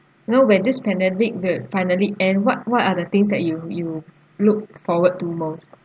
know when this pandemic will finally end what what are the things that you you look forward to most